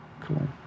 cool